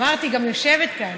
אמרתי, היא גם יושבת כאן,